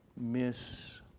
miss